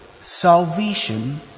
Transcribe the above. salvation